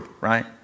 Right